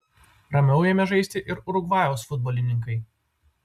ramiau ėmė žaisti ir urugvajaus futbolininkai